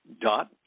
dot